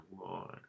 lord